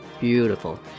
Beautiful